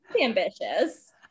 ambitious